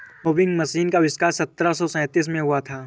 winnowing machine का आविष्कार सत्रह सौ सैंतीस में हुआ था